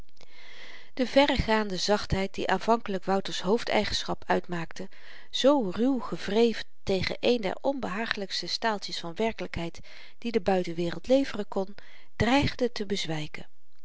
de verregaande zachtheid die aanvankelyk wouter's hoofdeigenschap uitmaakte zoo ruw gewreven tegen een der onbehagelykste staaltjes van werkelykheid die de buitenwereld leveren kon dreigde te bezwyken